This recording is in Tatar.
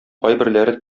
кайберләре